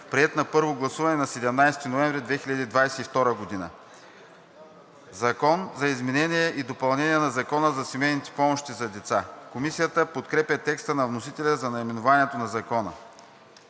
приет на първо гласуване на 17 ноември 2022 г.“ „Закон за изменение и допълнение на Закона за семейните помощи за деца“. Комисията подкрепя текста на вносителя за наименованието на Закона.